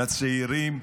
לצעירים: